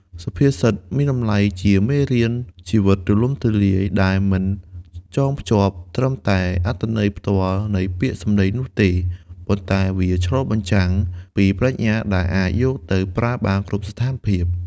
សុភាសិត មានតម្លៃជាមេរៀនជីវិតទូលំទូលាយ ដែលមិនចងភ្ជាប់ត្រឹមតែអត្ថន័យផ្ទាល់នៃពាក្យសម្ដីនោះទេ ប៉ុន្តែវាឆ្លុះបញ្ចាំងពីប្រាជ្ញាដែលអាចយកទៅប្រើបានគ្រប់ស្ថានភាព។